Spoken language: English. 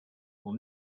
will